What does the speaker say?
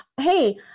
Hey